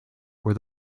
were